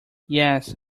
yes